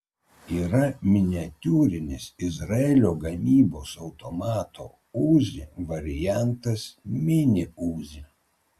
yra miniatiūrinis izraelio gamybos automato uzi variantas mini uzi